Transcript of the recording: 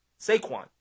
Saquon